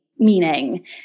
meaning